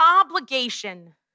obligation